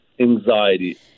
anxiety